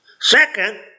Second